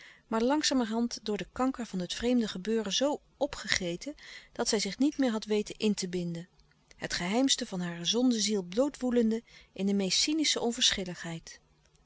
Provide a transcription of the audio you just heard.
maar langzamerhand door den kanker van het vreemde gebeuren zoo opgegeten dat zij zich niet meer had weten in te binden het geheimste van haar zondeziel blootwoelende in de meest cynische onverschilligheid